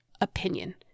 opinion